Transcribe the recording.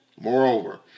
Moreover